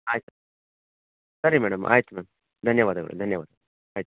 ಆಯಿತು ಸರಿ ಮೇಡಮ್ ಆಯಿತು ಮ್ಯಾಮ್ ಧನ್ಯವಾದಗಳು ಧನ್ಯವಾದ ಆಯ್ತು